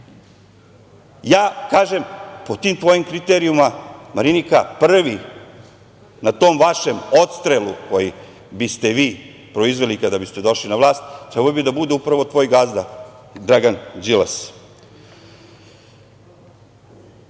ja kažem, po tim tvojim kriterijumima, Marinika, prvi na tom vašem odstrelu koji biste vi proizveli kada biste došli na vlast trebao bi da bude upravo tvoj gazda Dragan Đilas. Često